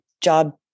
job